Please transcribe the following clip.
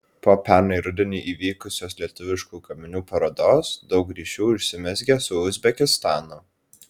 po pernai rudenį įvykusios lietuviškų gaminių parodos daug ryšių užsimezgė su uzbekistanu